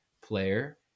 player